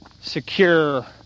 secure